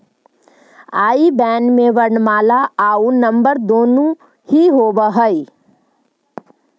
आई बैन में वर्णमाला आउ नंबर दुनो ही होवऽ हइ